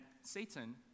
Satan